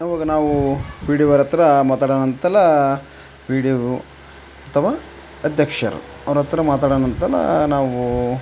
ಆವಾಗ ನಾವೂ P D ಓರ್ ಹತ್ರ ಮಾತಾಡೋಣ ಅಂತೆಲ್ಲಾ ಪಿ ಡಿ ಓ ಅಥವ ಅಧ್ಯಕ್ಷರು ಅವ್ರ ಹತ್ರ ಮಾತಾಡೋಣ ಅಂತ ನಾವೂ